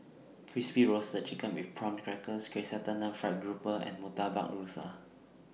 Crispy Roasted Chicken with Prawn Crackers Chrysanthemum Fried Grouper and Murtabak Rusa